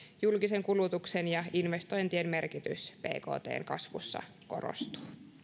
julkisen kulutuksen ja investointien merkitys bktn kasvussa korostuu